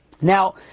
Now